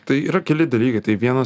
tai yra keli dalykai tai vienas